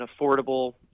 affordable